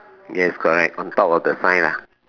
yes correct on top of the sign lah